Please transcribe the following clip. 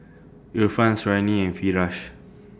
Irfan Suriani and Firash